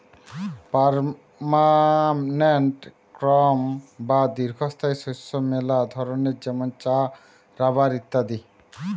permanent crop বা দীর্ঘস্থায়ী শস্য মেলা ধরণের যেমন চা, রাবার ইত্যাদি